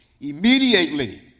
Immediately